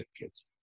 kids